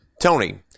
Tony